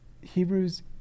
Hebrews